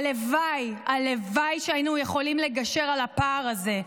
הלוואי, הלוואי שהיינו יכולים לגשר על הפער הזה.